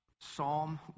Psalm